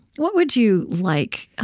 what would you like,